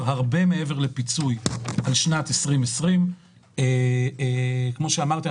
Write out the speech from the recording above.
הרבה מעבר לפיצוי על שנת 2020. כמו שאמרתי,